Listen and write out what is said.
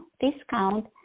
discount